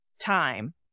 time